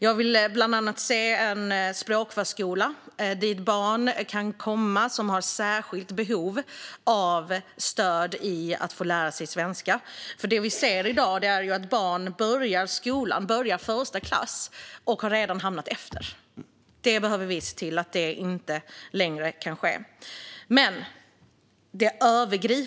Jag vill bland annat se en språkförskola för barn med särskilda behov av stöd för att lära sig svenska. I dag ser vi nämligen att barn börjar första klass och redan ligger efter. Detta ska inte längre få ske.